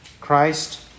Christ